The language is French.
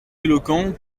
éloquent